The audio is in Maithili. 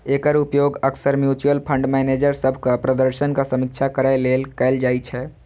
एकर उपयोग अक्सर म्यूचुअल फंड मैनेजर सभक प्रदर्शनक समीक्षा करै लेल कैल जाइ छै